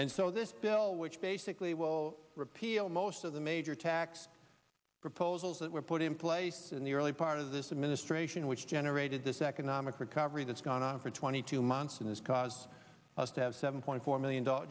and so this bill which basically will repeal most of the major tax proposals that were put in place in the early part of this administration which generated this economic recovery that's gone on for twenty two months in this cause us to have seven point four million dollar